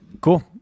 Cool